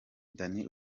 danny